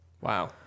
Wow